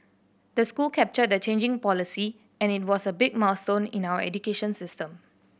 the school captured the changing policy and it was a big milestone in our education system